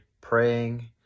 praying